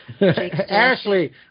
Ashley